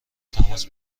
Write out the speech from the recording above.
تماس